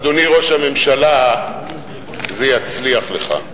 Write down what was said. אדוני ראש הממשלה, זה יצליח לך.